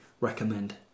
recommend